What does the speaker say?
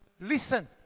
listen